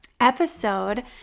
episode